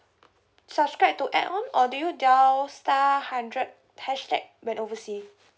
subscribe to add-on or do you dial star hundred hashtag when oversea